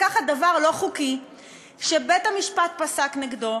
לקחת דבר לא חוקי שבית-המשפט פסק נגדו,